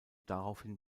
daraufhin